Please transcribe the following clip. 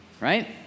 right